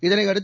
இதனையடுத்து